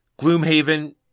Gloomhaven